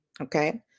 okay